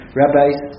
rabbis